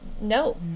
no